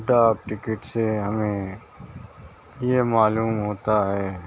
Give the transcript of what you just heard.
ڈاک ٹکٹ سے ہمیں یہ معلوم ہوتا ہے